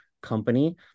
company